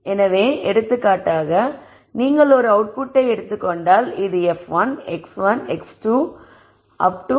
எனவே எடுத்துக்காட்டாக நீங்கள் ஒரு அவுட்புட்டை எடுத்துக் கொண்டால் இது f1 x1 x2